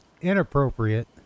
inappropriate